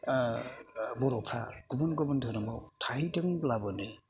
बर'फ्रा गुबुन गुबुन धोरोमआव थाहैदोंब्लाबोनो